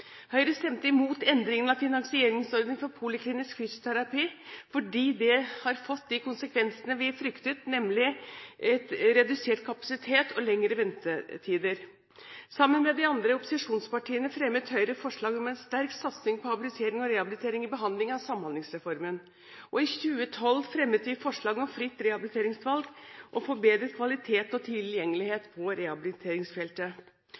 Høyre stemte imot endringene i finansieringsordningene for poliklinisk fysioterapi fordi det har fått de konsekvensene vi fryktet, nemlig redusert kapasitet og lengre ventetider. Sammen med de andre opposisjonspartiene fremmet Høyre forslag om en sterk satsing på habilitering og rehabilitering ved behandlingen av Samhandlingsreformen, og i 2012 fremmet vi forslag om fritt